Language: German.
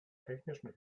technischen